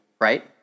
right